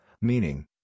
Meaning